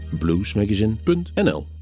bluesmagazine.nl